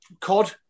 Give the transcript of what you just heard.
COD